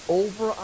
over